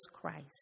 Christ